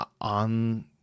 on